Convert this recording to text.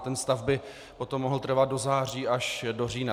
Ten stav by potom mohl trvat do září až do října.